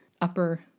upper